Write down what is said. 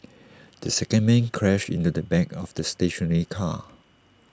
the second man crashed into the back of the stationary car